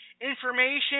information